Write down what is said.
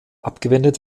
abgewendet